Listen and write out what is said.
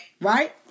Right